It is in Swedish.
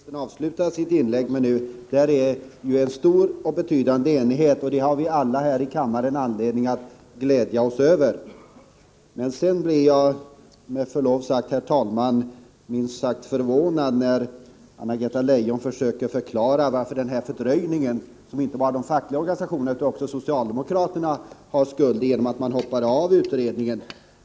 Herr talman! I huvudfrågan, som arbetsmarknadsministern berörde i slutet av sitt senaste inlägg, råder det en stor och betydande enighet — det har vi alla här i kammaren anledning att glädja oss åt. Men sedan vill jag säga att jag blev minst sagt förvånad när Anna-Greta Leijon försökte förklara fördröjningen, som inte bara de fackliga organisationerna utan även socialdemokraterna var skuld till genom att man hoppade av utredningen.